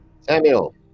Samuel